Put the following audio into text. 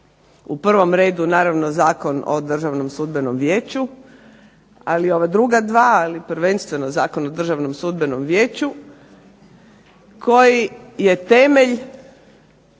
u prvom redu naravno Zakon o Državnom sudbenom vijeću, ali ova druga dva, ali prvenstveno Zakon o Državnom sudbenom vijeću koji je temelj